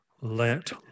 let